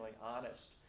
honest